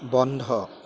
বন্ধ